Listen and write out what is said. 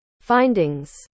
findings